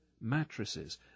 mattresses